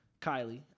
Kylie